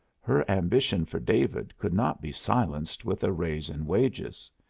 her ambition for david could not be silenced with a raise in wages.